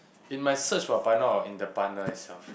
in my search for partner or in the partner itself